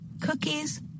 cookies